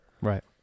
right